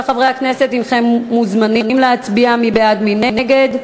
51 חברי כנסת בעד הצעת החוק, אפס מתנגדים.